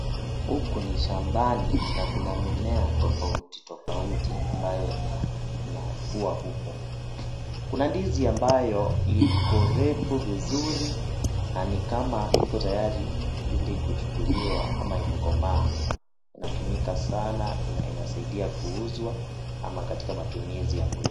Huku ni shambani na kuna mimea tofautitofauti ambayo inakua huku. Kuna ndizi ambayo iko refu tayari na ni kama iko tayari kuchukuliwa ama imekomaa. Inatumika sana, inasaidia kuuzwa ama katika matumizi ya mwili.